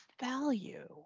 value